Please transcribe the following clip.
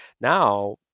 Now